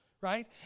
Right